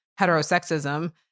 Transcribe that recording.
heterosexism